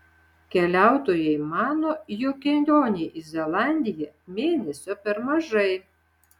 keliautojai mano jog kelionei į zelandiją mėnesio per mažai